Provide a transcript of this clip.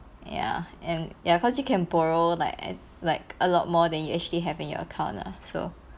ya and ya cause you can borrow like at like a lot more than you actually have in your account lah so